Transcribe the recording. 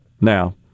now